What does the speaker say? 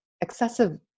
excessive